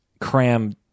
cram